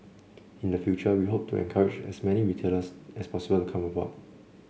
in the future we hope to encourage as many retailers as possible to come on board